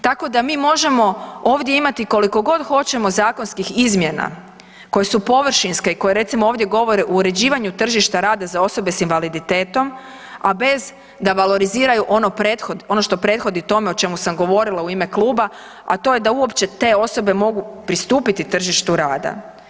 Tako da mi možemo ovdje imati koliko god hoćemo zakonskih izmjena koje su površinske i koje recimo govore o uređivanju tržišta rada za osobe sa invaliditetom, a bez da valoriziraju ono što prethodi tome o čemu sam govorila u ime kluba, a to je da uopće te osobe mogu pristupiti tržištu rada.